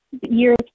Years